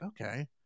okay